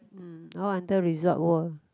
mm all under Resort World